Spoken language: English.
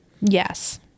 Yes